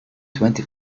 twenty